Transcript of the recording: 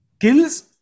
kills